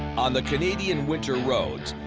on the canadian winter roads,